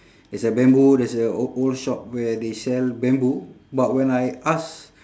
there's a bamboo there's a o~ old shop where they sell bamboo but when I ask